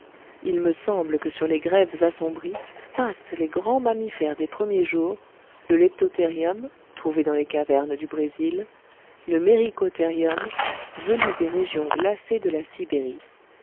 il me semble que sur les grèves assombries passent les grands mammifères des premiers jours le leptotherium trouvé dans les cavernes du brésil le mericotherium venu des régions glacées de la sibérie